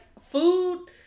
food